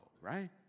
right